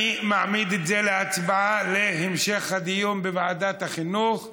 אני מעמיד את זה להצבעה להמשך הדיון בוועדה החינוך.